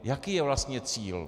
Jaký je vlastně cíl?